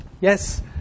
yes